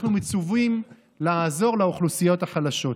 אנחנו מצווים לעזור לאוכלוסיות החלשות.